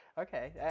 Okay